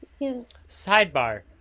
Sidebar